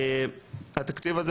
התקציב הזה,